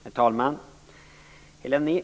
Herr talman!